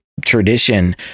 tradition